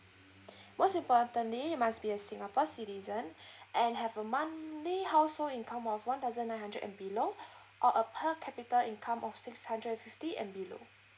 most importantly you must be a singapore citizen and have a monthly household income of one thousand nine hundred and below or a per capita income of six hundred and fifty and below